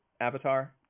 Avatar